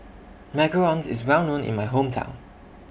Macarons IS Well known in My Hometown